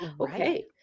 Okay